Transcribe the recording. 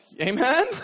Amen